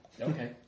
okay